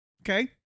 Okay